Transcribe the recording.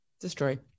destroy